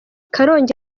karongi